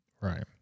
Right